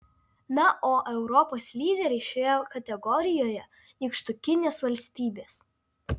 na o europos lyderiai šioje kategorijoje nykštukinės valstybės